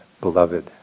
Beloved